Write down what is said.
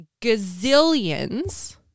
gazillions